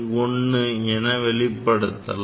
01 என வெளிப்படுத்தலாம்